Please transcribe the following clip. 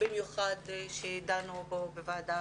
במיוחד כשדנו בו בוועדה